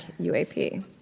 UAP